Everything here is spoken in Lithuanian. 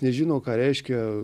nežino ką reiškia